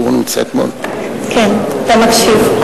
כן, אתה מקשיב.